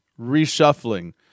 reshuffling